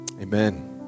Amen